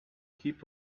heap